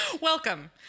Welcome